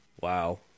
Wow